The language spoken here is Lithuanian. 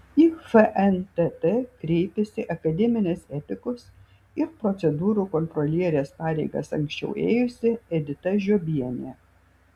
į fntt kreipėsi akademinės etikos ir procedūrų kontrolierės pareigas anksčiau ėjusi edita žiobienė